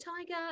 tiger